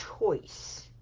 choice